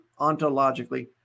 ontologically